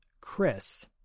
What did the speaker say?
Chris